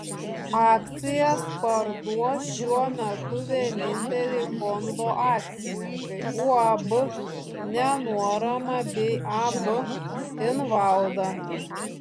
akcijas parduos šiuo metu vieninteliai fondo akcininkai uab nenuorama bei ab invalda